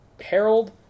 Harold